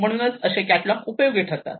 म्हणूनच असे कॅटलॉग उपयोगी ठरतात